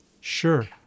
sure